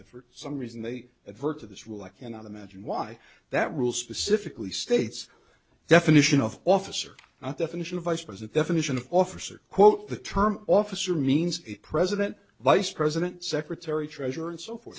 that for some reason they diverge to this rule i cannot imagine why that rule specifically states definition of office or definition of vice president definition of office or quote the term office or means president vice president secretary treasurer and so forth